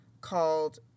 called